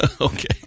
Okay